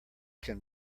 can